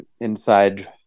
inside